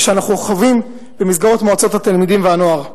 שאנחנו חווים במסגרות מועצות התלמידים והנוער.